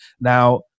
Now